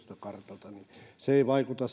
kartalta se ei vaikuta